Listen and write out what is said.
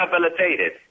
rehabilitated